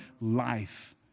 life